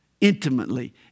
intimately